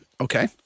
Okay